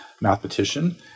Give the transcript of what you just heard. mathematician